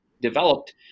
developed